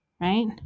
right